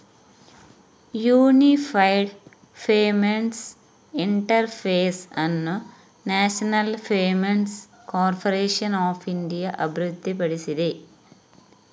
unified payments interface ಅನ್ನು national payments corporation of India ಅಭಿವೃದ್ಧಿಪಡಿಸಿದೆ